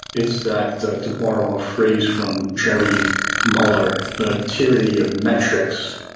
it's that, to borrow a phrase from jerry muller, the tyranny of metrics.